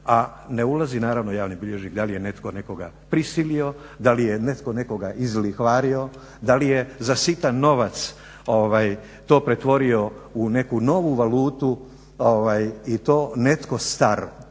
a ne ulazi naravno javno bilježnik da li je netko nekoga prisilio, da li je netko nekoga izlihvario, da li je za sitan novac to pretvorio u neku novu valutu i to netko star,